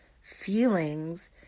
feelings